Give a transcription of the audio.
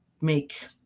make